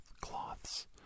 cloths